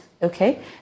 Okay